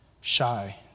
shy